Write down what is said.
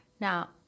Now